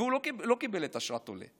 והוא לא קיבל את אשרת העולה,